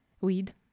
Weed